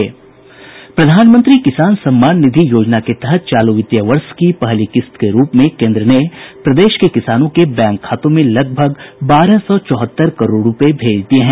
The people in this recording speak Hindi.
प्रधानमंत्री किसान सम्मान निधि योजना के तहत चालू वित्तीय वर्ष की पहली किस्त के रूप में केन्द्र ने प्रदेश के किसानों के बैंक खातों में लगभग बारह सौ चौहत्तर करोड़ रुपये भेज दिये हैं